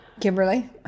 Kimberly